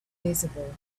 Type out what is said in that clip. visible